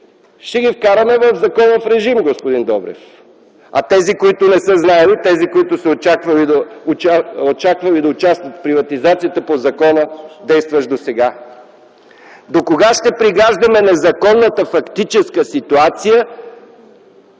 ще ги вкараме в законов режим, господин Добрев. А тези, които не са знаели? Тези, които са очаквали да участват в приватизацията по закона, действащ досега?! Докога ще пригаждаме незаконната фактическа ситуация